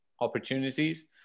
opportunities